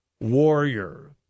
warrior